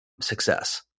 success